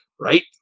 right